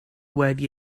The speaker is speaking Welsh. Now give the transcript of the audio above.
wedi